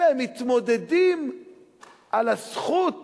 אלא מתמודדים על הזכות